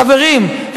חברים,